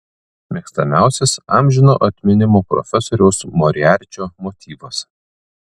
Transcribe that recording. mėgstamiausias amžino atminimo profesoriaus moriarčio motyvas